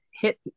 hit